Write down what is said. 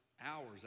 hours